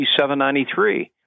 793